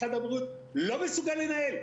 משרד הבריאות לא מסוגל לנהל,